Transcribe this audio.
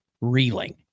reeling